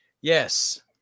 Yes